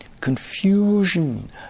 confusion